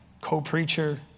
Co-preacher